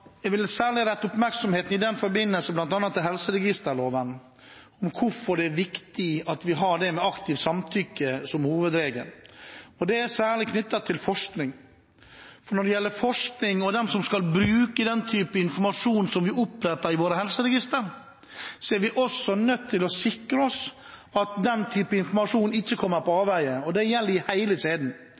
Jeg vil særlig rette oppmerksomheten mot bl.a. helseregisterloven når det gjelder hvorfor det er viktig at vi har aktivt samtykke som hovedregel. Det er særlig knyttet til forskning. Når det gjelder forskning og de som skal bruke den type informasjon som blir opprettet i våre helseregister, er vi nødt til å sikre oss at den type informasjon ikke kommer på avveie. Det gjelder i hele